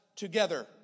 Together